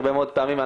הרבה מאוד פעמים,